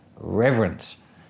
reverence